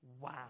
Wow